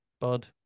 bud